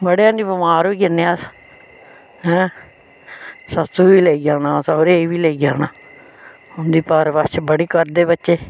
बडे़ हांडी बमार होई जन्ने आं अस ऐं सस्स गी बी लेई जाना सोह्रे ई बी लेई जाना उं'दी परवरिश बड़े करदे बच्चे